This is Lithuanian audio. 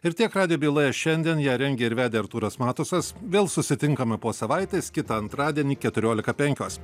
ir tiek radijo byloje šiandien ją rengė ir vedė artūras matusas vėl susitinkame po savaitės kitą antradienį keturiolika penkios